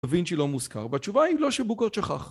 דה וינצ'י לא מוזכר בתשובה היא לא שבוגוט שכח